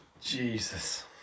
Jesus